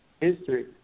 History